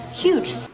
huge